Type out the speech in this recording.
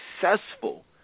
successful